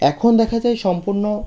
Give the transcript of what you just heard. এখন দেখা যায় সম্পূর্ণ